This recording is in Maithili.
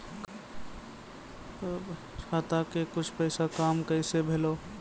खाता के कुछ पैसा काम कैसा भेलौ?